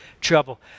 trouble